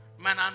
man